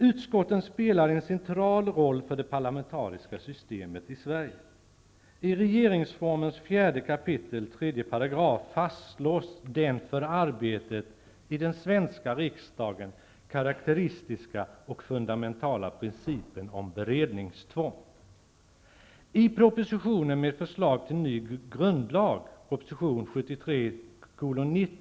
Utskotten spelar en central roll för det parlamentariska systemet i Sverige. I regeringsformens 4 kap. 3 § fastslås den för arbetet i den svenska riksdagen karakteristiska och fundamentala principen om beredningstvång.